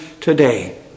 today